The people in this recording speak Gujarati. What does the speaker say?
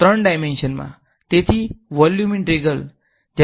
ત્રણ ડાઈમેંશનમાં તેથી વોલ્યુમ ઈન્ટેગ્રલ